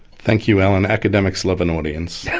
thank you alan. academics love an audience.